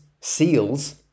seals